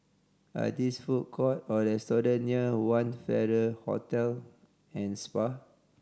are these food court or restaurant near One Farrer Hotel and Spa